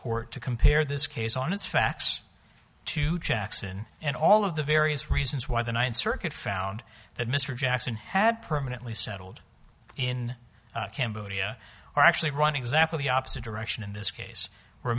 court to compare this case on its facts to checks and and all of the various reasons why the ninth circuit found that mr jackson had permanently settled in cambodia or actually run exactly the opposite direction in this case where